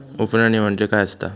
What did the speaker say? उफणणी म्हणजे काय असतां?